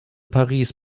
paris